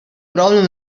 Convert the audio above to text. problem